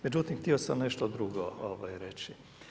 Međutim, htio sam nešto drugo reći.